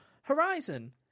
Horizon